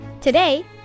Today